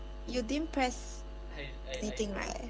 you didn't press anything right